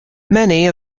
many